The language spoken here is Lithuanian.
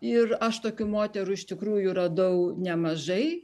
ir aš tokių moterų iš tikrųjų radau nemažai